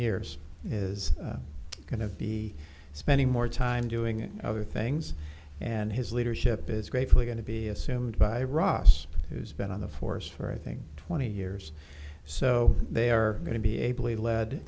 years is going to be spending more time doing other things and his leadership is greatly going to be assumed by ross who's been on the force for i think twenty years so they are going to be able to lead